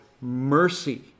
mercy